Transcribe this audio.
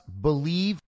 believe